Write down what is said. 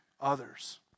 others